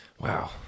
Wow